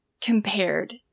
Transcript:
compared